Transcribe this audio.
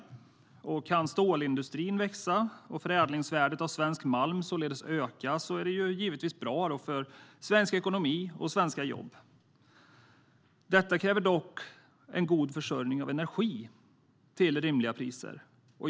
Kan stålindustrin växa, och förädlingsvärdet av svensk malm således öka, är det givetvis bra för svensk ekonomi och svenska jobb. Detta kräver dock en god försörjning av energi till rimliga priser.